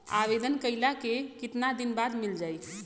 आवेदन कइला के कितना दिन बाद मिल जाई?